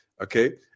okay